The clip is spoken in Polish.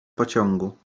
pociągu